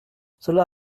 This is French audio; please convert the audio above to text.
cela